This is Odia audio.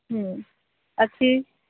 ହୁଁ ଅଛି